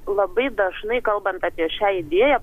labai dažnai kalbant apie šią idėją